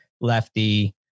lefty